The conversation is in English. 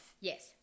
Yes